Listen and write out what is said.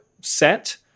set